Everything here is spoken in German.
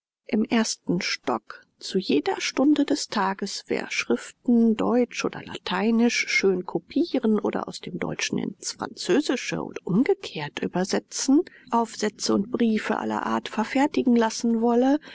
im ersten stock zu jeder stunde des tages wer schriften deutsch oder lateinisch schön kopieren oder aus dem deutschen ins französische und umgekehrt übersetzen aufsätze und briefe aller art verfertigen lassen wolle